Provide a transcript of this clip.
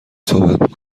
صحبت